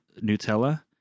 Nutella